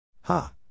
Ha